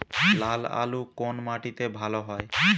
লাল আলু কোন মাটিতে ভালো হয়?